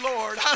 Lord